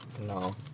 No